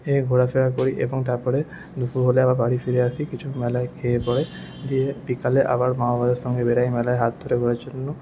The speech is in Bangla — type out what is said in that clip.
এই ঘোরা ফেরা করি এবং তারপরে দুপুরবেলায় আবার বাড়ি ফিরে আসি কিছু মেলায় খেয়ে পরে দিয়ে বিকালে আবার মা বাবাদের সঙ্গে বেড়াই মেলায় হাত ধরে ঘোরার জন্য